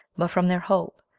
but from their hope,